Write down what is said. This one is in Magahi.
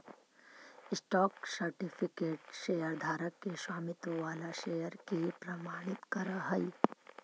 स्टॉक सर्टिफिकेट शेयरधारक के स्वामित्व वाला शेयर के प्रमाणित करऽ हइ